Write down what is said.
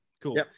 Cool